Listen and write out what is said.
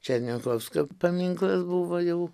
černiachovskio paminklas buvo jau